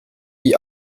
die